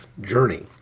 journey